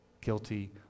guilty